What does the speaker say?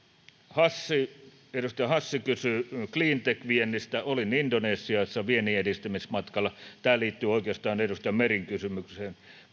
edustaja hassi kysyi cleantech viennistä olin indonesiassa vienninedistämismatkalla tämä liittyy oikeastaan edustaja meren kysymykseen